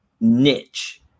niche